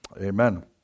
Amen